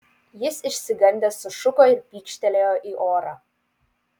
jis išsigandęs sušuko ir pykštelėjo į orą